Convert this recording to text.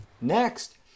Next